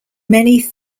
many